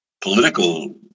political